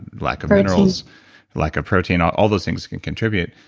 lack of minerals like a protein. ah all those things can contribute,